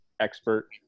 expert